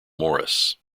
morris